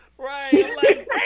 right